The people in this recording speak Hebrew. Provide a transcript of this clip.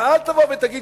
אבל אל תבוא ותגיד,